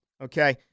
Okay